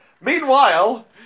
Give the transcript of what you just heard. Meanwhile